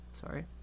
sorry